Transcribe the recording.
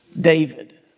David